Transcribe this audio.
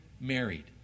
married